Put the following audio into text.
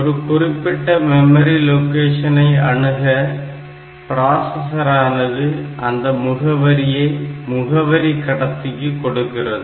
ஒரு குறிப்பிட்ட மெமரி லொகேஷனை அணுக ப்ராசசரானது அந்த முகவரியை முகவரி கடத்திக்கு கொடுக்கிறது